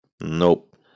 nope